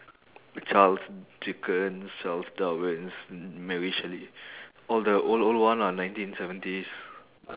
charles dickens charles darwin mary shelley all the old old one ah nineteen seventies